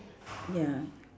ya